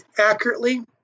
accurately